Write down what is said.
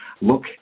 look